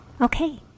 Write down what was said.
Okay